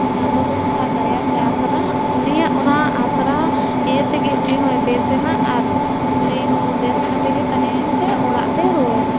ᱪᱟᱸᱫᱳ ᱵᱚᱸᱜᱟᱼᱟᱜ ᱫᱟᱭᱟ ᱥᱮ ᱟᱥᱨᱟ ᱩᱱᱤᱭᱟᱜ ᱚᱱᱟ ᱟᱥᱨᱟ ᱤᱭᱟᱹᱛᱮᱜᱮ ᱩᱱᱤᱦᱚᱸᱭ ᱵᱮᱥᱮᱱᱟ ᱟᱨ ᱩᱱᱤᱦᱚᱸ ᱵᱮᱥ ᱠᱟᱛᱮᱫᱜᱮ ᱛᱟᱦᱮᱭᱮᱱ ᱛᱮ ᱚᱲᱟᱜᱛᱮᱭ ᱨᱩᱣᱟᱹᱲᱮᱱᱟ